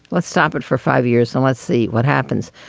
let's stop it for five years and let's see what happens.